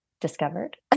discovered